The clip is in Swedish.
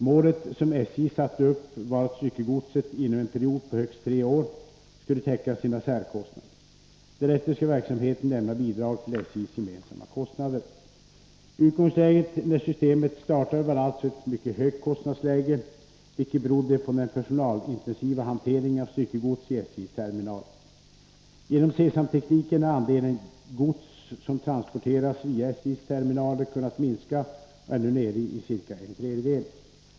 Målet som SJ satte upp var att styckegodset inom en period på högst tre år skulle täcka sina särkostnader. Därefter skall verksamheten lämna bidrag till SJ:s gemensamma kostnader. Utgångsläget när systemet startade var alltså ett mycket högt kostnadsläge, vilket berodde på den personalintensiva hanteringen av styckegods i SJ:s terminaler. Genom C-samtekniken har andelen gods som transporteras via SJ:s terminaler kunnat minska och är nu nere i ca en tredjedel.